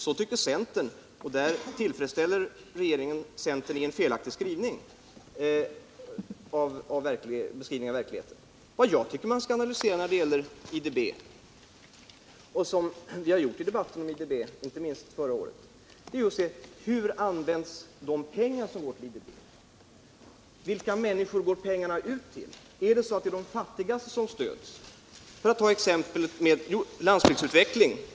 Så tycker emellertid centern, och där tillfredsställer regeringen centern genom en felaktig beskrivning av verkligheten. Vad man skall analysera när det gäller IDDB — något som vi framhållit i debatten inte Minst förra året — är hur de pengar använts som går till IDB. Vilka människor gär pengarna ut till? Är det de fattigaste människorna som stöds? Vi kan ta som exempel lånen till landsbygdsutveckling.